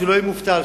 שלא תהיה שם אבטלה.